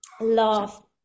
love